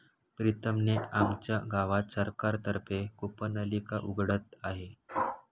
प्रीतम ने आमच्या गावात सरकार तर्फे कूपनलिका उघडत आहे